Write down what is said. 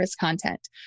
content